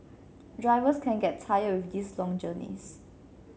drivers can get tired with these long journeys